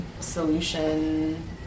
solution